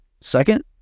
Second